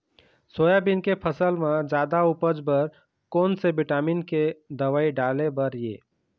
Soybean के फसल म जादा उपज बर कोन से विटामिन के दवई डाले बर ये?